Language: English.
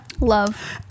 Love